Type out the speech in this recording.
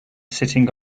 sitting